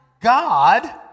God